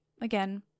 again